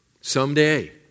someday